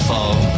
Fall